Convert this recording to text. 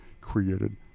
created